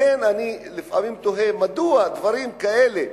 לכן אני לפעמים תוהה מדוע דברים כאלה,